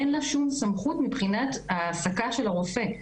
אין לה שום סמכות מבחינת ההעסקה של הרופא.